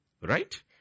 right